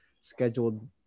scheduled